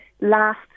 last